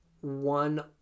one